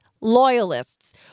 loyalists